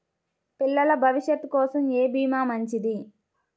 పిల్లల భవిష్యత్ కోసం ఏ భీమా మంచిది?